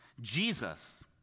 Jesus